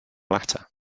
latter